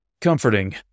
comforting